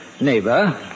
Neighbor